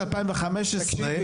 2015,